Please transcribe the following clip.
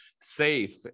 safe